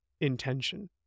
intention